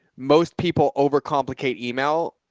most people overcomplicate email.